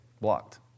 blocked